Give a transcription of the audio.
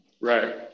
Right